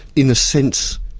in a sense,